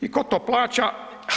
I ko to plaća?